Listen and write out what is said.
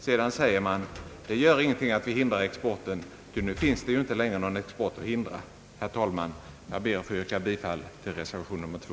Sedan säger man: Det gör ingenting att vi hindrar exporten, ty nu finns det inte längre någon export att hindra. Herr talman! Jag ber att få yrka bifall till reservation nr 2.